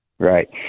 Right